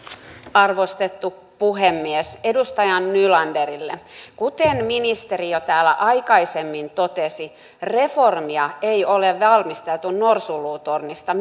arvostettu puhemies edustaja nylanderille kuten ministeri jo täällä aikaisemmin totesi reformia ei ole valmisteltu norsunluutornista